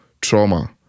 trauma